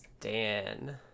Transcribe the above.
Dan